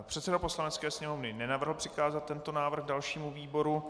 Předseda Poslanecké sněmovny nenavrhl přikázat tento návrh dalšímu výboru.